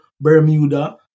bermuda